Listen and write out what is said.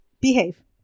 Behave